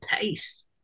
pace